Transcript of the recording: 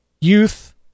youth